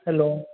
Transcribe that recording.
hello